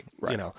Right